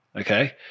okay